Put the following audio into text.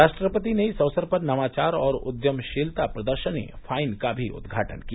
राष्ट्रपति ने इस अवसर पर नवाचार और उद्यमशीलता प्रदर्शनी फाइन का भी उद्घाटन किया